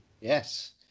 Yes